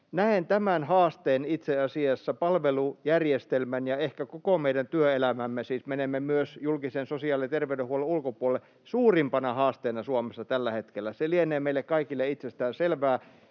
näen tämän haasteen itse asiassa palvelujärjestelmän ja ehkä koko meidän työelämämme — siis menemme myös julkisen sosiaali- ja terveydenhuollon ulkopuolelle — suurimpana haasteena Suomessa tällä hetkellä. Se lienee meille kaikille itsestään selvää,